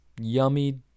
yummy